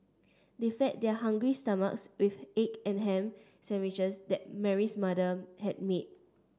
they fed their hungry stomachs with egg and ham sandwiches that Mary's mother had made